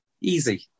Easy